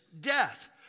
death